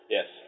Yes